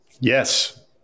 yes